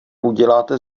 uděláte